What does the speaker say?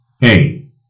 Hey